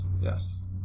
yes